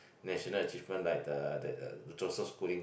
national achievement like the that that Joseph-Schooling